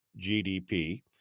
gdp